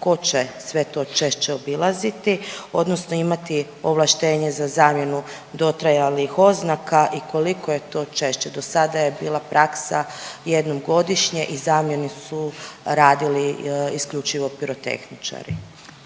tko će sve to češće obilaziti, odnosno imati ovlaštenje za zamjenu dotrajalih oznaka i koliko je to češće? Do sada je bila praksa jednom godišnje i zamjenu su radili isključivo pirotehničari.